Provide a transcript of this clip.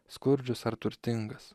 skurdžius ar turtingas